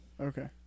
Okay